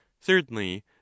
Thirdly